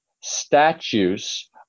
statues